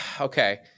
okay